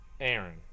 Aaron